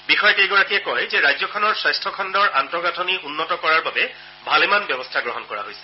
বিষয়াকেইগৰাকীয়ে কয় যে ৰাজ্যখনৰ স্বাস্থ্য খণ্ডৰ আন্তঃগাঁঠনি উন্নতি কৰাৰ বাবে ভালেমান ব্যৱস্থা গ্ৰহণ কৰা হৈছে